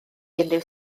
unrhyw